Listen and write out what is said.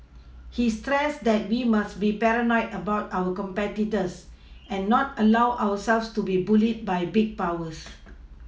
he stressed that we must be paranoid about our competitors and not allow ourselves to be bullied by big powers